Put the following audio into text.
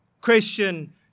Christian